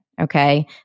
okay